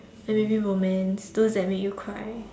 and maybe romance those that make you cry